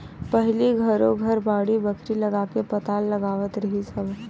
पहिली घरो घर बाड़ी बखरी लगाके पताल लगावत रिहिस हवय